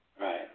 Right